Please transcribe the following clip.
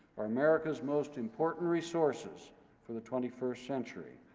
are america's most important resources for the twenty first century.